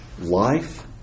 life